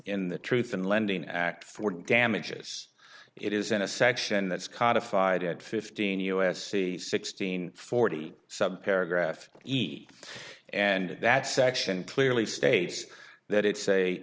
in the truth in lending act for damages it is in a section that's codified at fifteen us c sixteen forty seven paragraph eat and that section clearly states that it's a